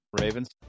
Ravens